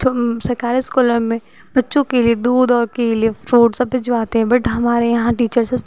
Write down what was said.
जो सरकारी इस्कूलों में बच्चों के लिए दूध और केले फ्रूट सब भेजवाते हैं बट हमारे यहाँ टीचर सब